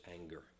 anger